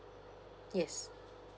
yes